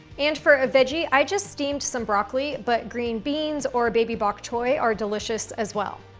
and for a veggie, i just steamed some broccoli but green beans or baby bok choy are delicious as well.